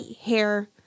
hair